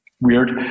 weird